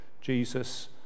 Jesus